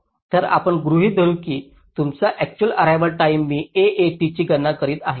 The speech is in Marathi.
तर आपण गृहित धरू की तुमचा अक्चुअल अर्रेवाल टाईम मी AAT ची गणना करीत आहे